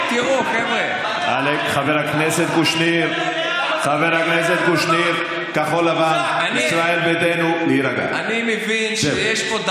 היום, אין ספק, האזרחים, לא רק בגלל עוד מערכת